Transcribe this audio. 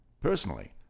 personally